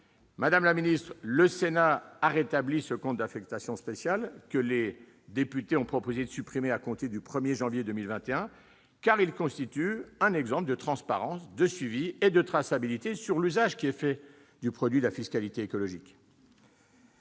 Madame la ministre, le Sénat a rétabli ce CAS, que les députés ont proposé de supprimer à compter du 1 janvier 2021, car il constitue un bon exemple de transparence, de suivi et de traçabilité concernant l'usage qui est fait du produit de la fiscalité écologique.